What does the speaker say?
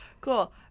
Cool